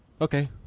Okay